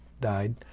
died